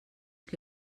que